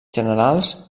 generals